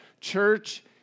church